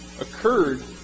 occurred